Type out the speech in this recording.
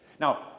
Now